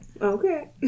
Okay